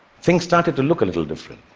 things started to look a little different.